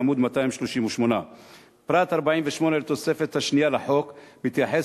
עמוד 238. פרט 48 לתוספת השנייה לחוק מתייחס